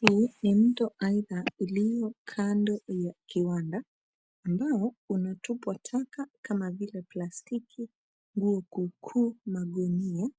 Hii ni mto, aidha iliyo kando ya kiwanda, ambao unatupwa taka kama vile plastiki, nguo kuukuu na gunia,